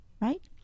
right